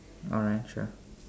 alright sure